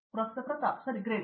pro Pratap Haridas ಸರಿ great